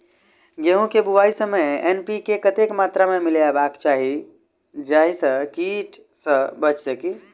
गेंहूँ केँ बुआई समय एन.पी.के कतेक मात्रा मे मिलायबाक चाहि जाहि सँ कीट सँ बचि सकी?